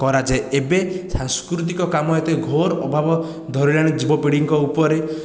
କରାଯାଏ ଏବେ ସାଂସ୍କୃତିକ କାମ ଏତେ ଘୋର ଅଭାବ ଧରିଲାଣି ଯୁବ ପିଢ଼ିଙ୍କ ଉପରେ